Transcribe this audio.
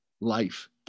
life